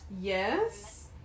Yes